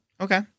Okay